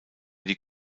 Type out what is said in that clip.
die